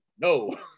No